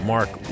Mark